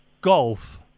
golf